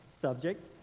subject